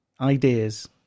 ideas